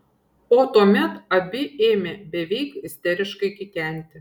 o tuomet abi ėmė beveik isteriškai kikenti